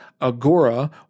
Agora